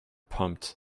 pumped